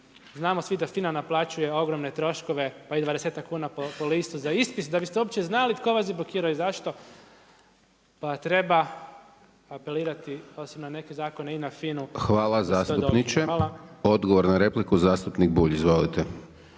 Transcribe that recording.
znamo svi da FINA naplaćuje ogromne troškove, pa i 20 kuna po listu za ispis, da bi ste uopće znali tko vas je blokirao i zašto, pa treba apelirati osim na neke zakone i na FINA-u…/Govornik se ne razumije./… Hvala.